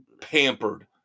pampered